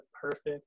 perfect